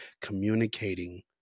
communicating